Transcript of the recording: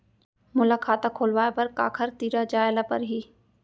मोला खाता खोलवाय बर काखर तिरा जाय ल परही?